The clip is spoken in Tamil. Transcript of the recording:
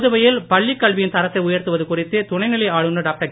புதுவையில் பள்ளிக்கல்வியின் தரத்தை உயர்த்துவது குறித்து துணைநிலை ஆளுனர் டாக்டர்